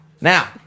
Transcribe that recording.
Now